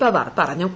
പവാർ പറഞ്ഞു